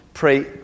Pray